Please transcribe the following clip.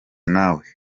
nawe